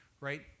right